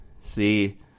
See